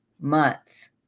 months